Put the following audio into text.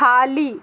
खाली